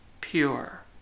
pure